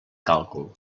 càlcul